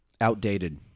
Outdated